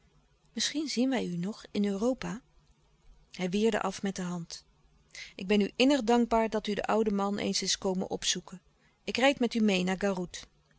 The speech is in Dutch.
misschien zien wij u nog in europa hij weerde af met de hand louis couperus de stille kracht ik ben u innig dankbaar dat u den ouden man eens is komen opzoeken ik rijd met u meê naar